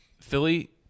Philly